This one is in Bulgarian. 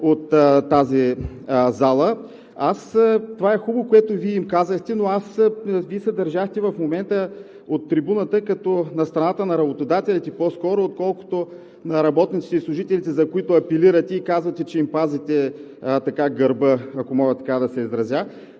от тази зала. Това е хубаво, което им казахте, но в момента Вие се държахте от трибуната по-скоро на страната на работодателите, отколкото на работниците и служителите, за които апелирате, и казвате, че им пазите гърба, ако мога така да се изразя.